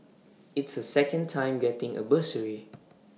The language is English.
it's her second time getting A bursary